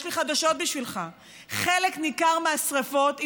יש לי חדשות בשבילך: חלק ניכר מהשרפות,